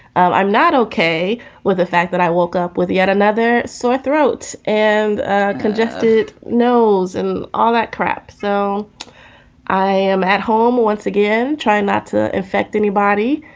i'm not okay with the fact that i woke up with yet another sore throat and congested nose and all that crap. so i am at home once again trying not to infect anybody,